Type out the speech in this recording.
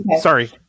sorry